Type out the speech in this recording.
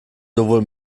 sowohl